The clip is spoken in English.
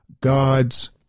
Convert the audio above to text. God's